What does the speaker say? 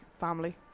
family